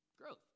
growth